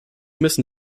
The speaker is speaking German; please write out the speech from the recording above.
müssen